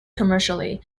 commercially